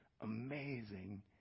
amazing